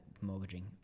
mortgaging